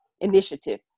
initiative